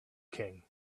king